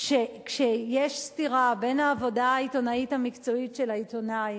שכשיש סתירה בין העבודה העיתונאית המקצועית של העיתונאי